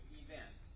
event